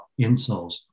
insoles